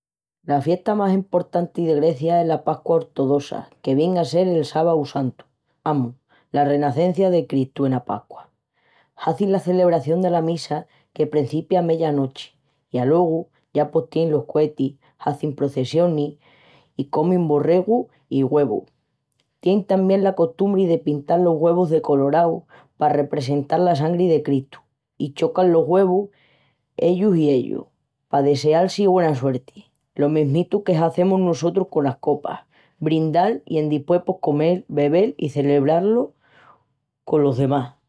La fiesta más emportanti de Grecia es la Pascua ortodossa que vien a sel el sábau santu, amus, la renacencia de Cristu ena Pascua. Hazin la celebración dela misa que prencipia a meya nochi i aluegu ya pos tienin los cuetis, hazin prossecionis. I comin borregu, i güevus. Tienin tamién la costumbri de pintal los güevus de colorau pa represental la sangri de Cristu i chocan los güevus ellus i ellus, pa deseal-si güena suerti, lo mesmitu que hazemus nusotrus conas copas: brindal i endispués pos comel, bebel i celebrar colos demás.